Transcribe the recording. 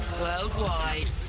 worldwide